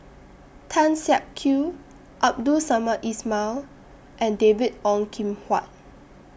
Tan Siak Kew Abdul Samad Ismail and David Ong Kim Huat